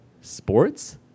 sports